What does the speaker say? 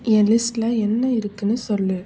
என் லிஸ்ட்டில் என்ன இருக்குதுன்னு சொல்